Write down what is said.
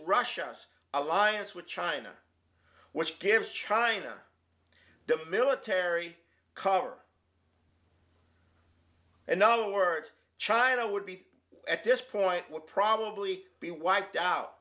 russia's alliance with china which gives china the military cover and no words china would be at this point would probably be wiped out